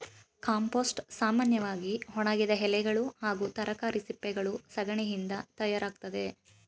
compost ಸಾಮನ್ಯವಾಗಿ ಒಣಗಿದ ಎಲೆಗಳು ಹಾಗೂ ತರಕಾರಿ ಸಿಪ್ಪೆಗಳು ಸಗಣಿಯಿಂದ ತಯಾರಾಗ್ತದೆ